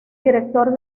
director